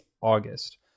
August